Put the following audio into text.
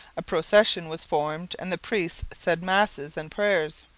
a procession was formed and the priests said masses and prayers.